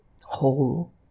whole